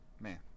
Man